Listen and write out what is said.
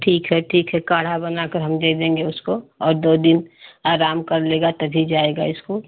ठीक है ठीक है काढ़ा बनाकर हम दे देंगे उसको और दो दिन आराम कर लेगा तभी जाएगा इस्कूल